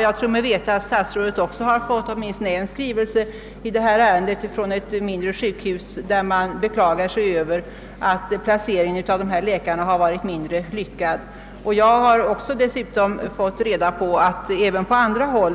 Jag tror mig veta att statsrådet fått åtminstone en skrivelse i ärendet från ett mindre sjukhus, där man beklagar sig över att placeringen av dessa läkare varit mindre lyckad. Jag har dessutom erfarit att man även på andra håll